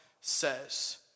says